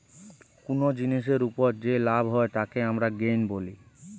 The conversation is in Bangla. কুনো জিনিসের উপর যে লাভ হয় তাকে আমরা গেইন বলি